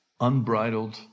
unbridled